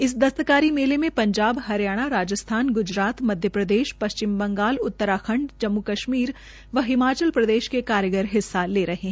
इस दस्तकारी मेले में पंजाब हरियाणा राजस्थान ग्जरात मध्यप्रदेश पश्चिम बंगाल उतंराखंड जम्मू कश्मीर व हिमाचल प्रदेश के कारीगर हिस्सा ले रहे है